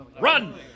run